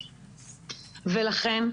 לכן,